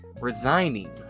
resigning